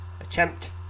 Attempt